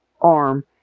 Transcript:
arm